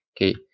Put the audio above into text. Okay